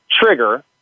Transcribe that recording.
trigger